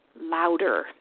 louder